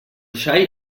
xai